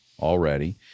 already